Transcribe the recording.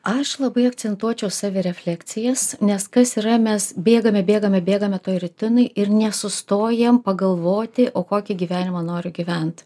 aš labai akcentuočiau savirefleksijas nes kas yra mes bėgame bėgame bėgame toj rutinoj ir nesustojam pagalvoti o kokį gyvenimą nori gyvent